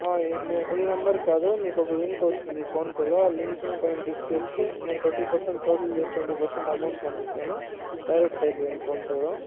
ఈ నేను ఈ నంబర్కి కాదు మీకు ఒక లింక్ వస్తుంది ఫోన్పేలో ఆ లింక్ పైన క్లిక్ చేస్తే మేము ట్వెంటీ పర్సెంట్ టోటల్ చేసి ట్వెంటీ పర్సెంట్ అమౌంట్ పంపిస్తాను డైరెక్ట్ పే చేయండి ఫోన్పేలో